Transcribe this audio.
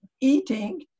eating